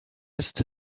ist